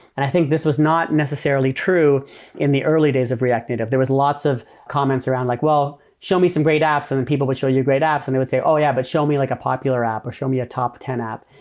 and i think this was not necessarily true in the early days of react native. there was lots of comments around like, well, show me some great apps, and then people would show you great apps and they would say, oh, yeah. but show me like a popular app or shoe me a top ten app.